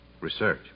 Research